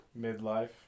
Midlife